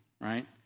right